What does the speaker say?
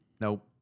Nope